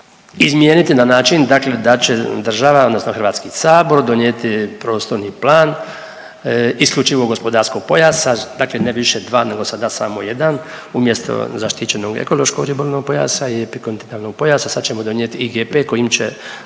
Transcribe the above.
izmijeniti na način dakle da će država odnosno HS donijeti prostorni plan IGP-a, dakle ne više dva nego sada samo jedan, umjesto zaštićenog ekološko-ribolovnog pojasa i epikontinentalnog pojasa sad ćemo donijeti IGP kojim će